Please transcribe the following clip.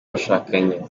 bashakanye